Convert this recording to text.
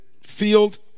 field